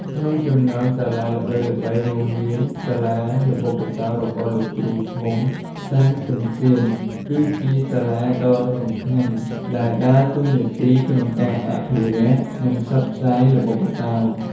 ក្នុងចំណោមសាលាល្បីៗរួមមាន សាលាល្បុក្កតោរបស់លោកគ្រូធំ សាន គឹមស៊ាន: គឺជាសាលាដ៏សំខាន់ដែលដើរតួនាទីក្នុងការអភិរក្ស និងផ្សព្វផ្សាយល្បុក្កតោ។